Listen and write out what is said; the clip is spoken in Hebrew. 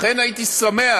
לכן הייתי שמח